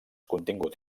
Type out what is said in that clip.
contingut